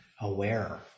Aware